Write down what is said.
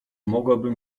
mogłabym